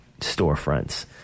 storefronts